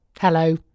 Hello